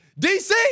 DC